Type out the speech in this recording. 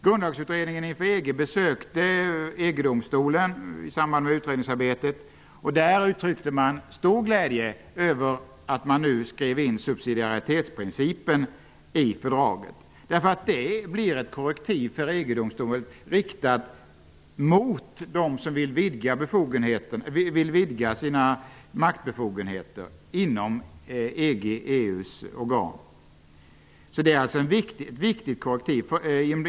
Grundlagsutredningen inför EG besökte EG-domstolen i samband med utredningsarbetet. Domstolen uttryckte stor glädje över att subsidiaritetsprincipen skrivs in i fördraget. Det blir ett korrektiv för EG-domstolen riktat mot dem som vill vidga sina maktbefogenheter inom EG/EU:s organ. Det blir ett viktigt korrektiv.